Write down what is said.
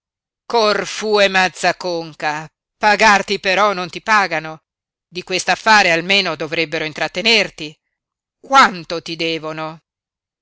corfu e mazza a conca pagarti però non ti pagano di quest'affare almeno dovrebbero intrattenerti quanto ti devono